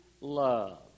love